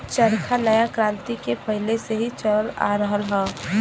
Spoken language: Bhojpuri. चरखा नया क्रांति के पहिले से ही चलल आ रहल हौ